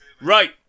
Right